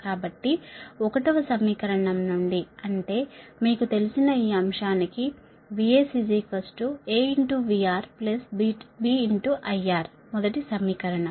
కాబట్టి 1 వ సమీకరణం నుండి అంటేమీకు తెలిసిన ఈ అంశానికి VS AVR B IR మొదటి సమీకరణం